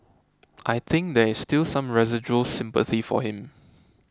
I think there is still some residual sympathy for him